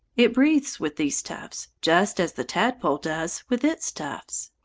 it breathes with these tufts just as the tadpole does with its tufts.